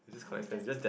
then just